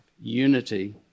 unity